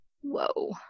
whoa